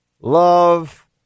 love